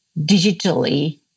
digitally